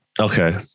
Okay